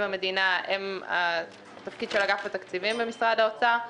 המדינה הם התפקיד של אגף התקציבים במשרד האוצר.